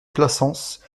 blassans